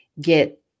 get